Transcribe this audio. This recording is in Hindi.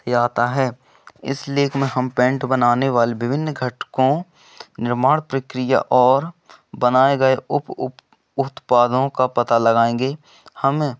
से आता है इस लेख में हम पेंट बनाने वाले विभिन्न घटकों निर्माण प्रक्रिया और बनाए गए उप उप उत्पादों का पता लगाएंगे हमें